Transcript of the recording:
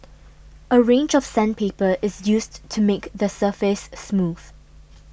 a range of sandpaper is used to make the surface smooth